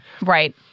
Right